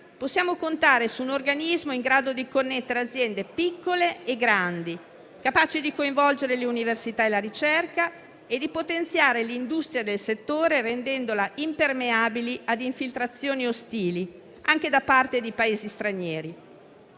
possiamo contare su un organismo in grado di connettere aziende piccole e grandi, capace di coinvolgere le università e la ricerca e di potenziare l'industria del settore rendendola impermeabile ad infiltrazioni ostili, anche da parte di Paesi stranieri.